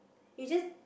you just